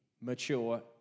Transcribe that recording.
mature